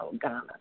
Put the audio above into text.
Ghana